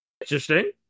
Interesting